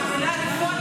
המילה רפורמה,